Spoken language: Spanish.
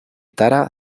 tara